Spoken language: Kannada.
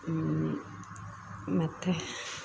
ಮತ್ತೆ